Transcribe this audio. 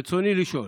רצוני לשאול: